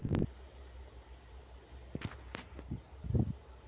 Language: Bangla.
বহু প্রজাতির চন্দ্রমল্লিকা ফুলকে ইংরেজিতে ক্রিস্যান্থামাম ফুল বলা হয়